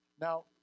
Now